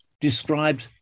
described